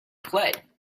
play